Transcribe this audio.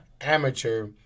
Amateur